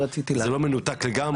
זה לא מנותק לגמרי.